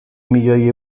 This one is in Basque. milioi